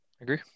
agree